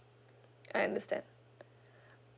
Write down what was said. I understand